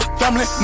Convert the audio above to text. family